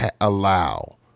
allow